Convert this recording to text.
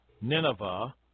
Nineveh